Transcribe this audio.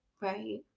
Right